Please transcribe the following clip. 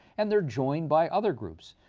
and they're joined by other groups.